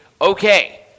okay